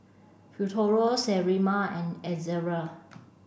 Futuro Sterimar and Ezerra